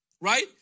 right